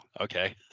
okay